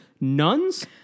Nuns